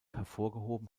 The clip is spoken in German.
hervorgehoben